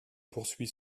poursuit